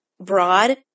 broad